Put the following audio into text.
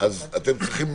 אתם צריכים,